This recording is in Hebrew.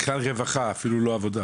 בכלל רווחה, אפילו לא עבודה.